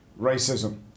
racism